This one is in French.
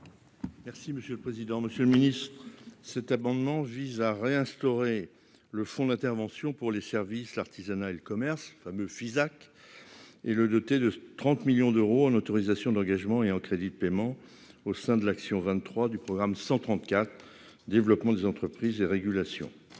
Merci monsieur le président, Monsieur le Ministre, cet amendement vise à réinstaurer le Fonds d'intervention pour les services, l'artisanat et le commerce fameux Fisac et le doté de 30 millions d'euros en autorisations d'engagement et en crédits de paiement au sein de l'action 23 du programme 134 Développement des entreprises et régulations